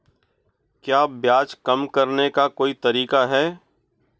क्या ब्याज कम करने का कोई तरीका है?